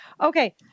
Okay